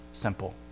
simple